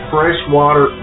Freshwater